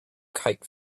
kite